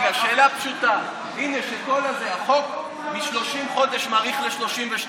שאלה פשוטה: החוק, מ-30 חודש מאריך ל-32?